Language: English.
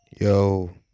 Yo